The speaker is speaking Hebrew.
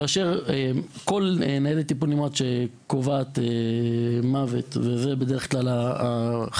כאשר כל ניידת טיפול נמרץ שקובעת מוות ושם נחשף האבל למה